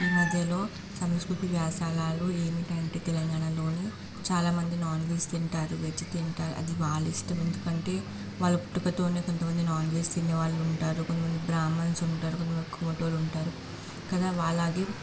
ఈ మధ్యలో సంస్కృతి వ్యాసాలాలు ఏమిటంటే తెలంగాణలోని చాలా మంది నాన్వెజ్ తింటారు వెజ్ తింటారు అది వాళ్ళ ఇష్టం ఎందుకంటే వాళ్ళు పుట్టుకతోనే కొంతమంది నాన్వెజ్ తినే వాళ్ళు ఉంటారు కొంతమంది బ్రాహ్మన్స్ ఉంటారు కొంతమంది కొమిటోళ్ళు ఉంటారు కదా వాళ్ళలాగే